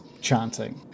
chanting